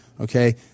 Okay